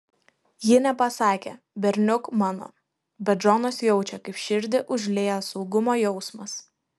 ji nepasakė berniuk mano bet džonas jaučia kaip širdį užlieja saugumo jausmas